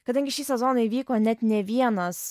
kadangi šį sezoną įvyko net ne vienas